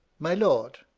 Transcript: my lord,